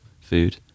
food